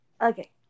okay